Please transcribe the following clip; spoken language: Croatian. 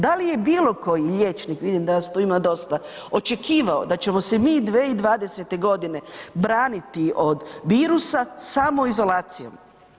Da li je bilo koji liječnik, vidim da vas tu ima dosta, očekivao da ćemo se mi 2020.godine braniti od virusa samoizolacijom?